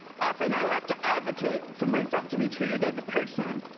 often i have to advocate for myself to be treated as a person.